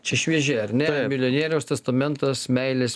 čia švieži ar ne milijonieriaus testamentas meilės